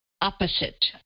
opposite